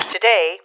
Today